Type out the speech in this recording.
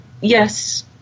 yes